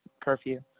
curfew